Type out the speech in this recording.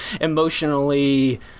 emotionally